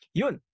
yun